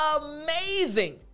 amazing